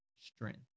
strength